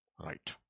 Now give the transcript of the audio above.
right